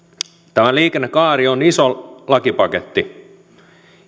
tämä liikennekaari on iso lakipaketti